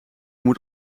moet